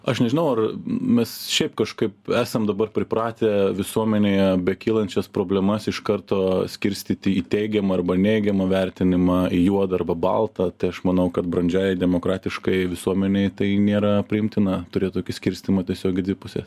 aš nežinau ar mes šiaip kažkaip esam dabar pripratę visuomenėje bekylančias problemas iš karto skirstyti į teigiamą arba neigiamą vertinimą į juodą arba baltą tai aš manau kad brandžiai demokratiškai visuomenei tai nėra priimtina turėti tokį skirstymą tiesiog į dvi puses